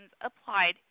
applied